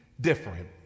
different